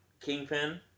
Kingpin